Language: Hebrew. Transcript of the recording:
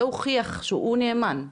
והוכיח שהוא נאמן,